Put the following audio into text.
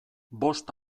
bost